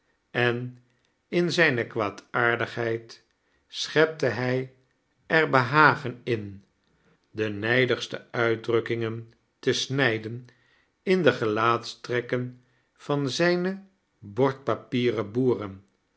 en in zijne kwaadaardigheid schepte hij er behageai ki de nijdigste uitdrukkiingen te snijden in de gelaatstrekken van zijne bordpapieren boeren